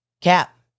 Cap